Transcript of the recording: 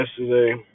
yesterday